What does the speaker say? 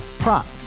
Prop